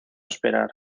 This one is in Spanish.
esperar